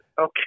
okay